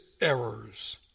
errors